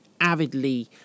avidly